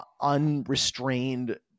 Unrestrained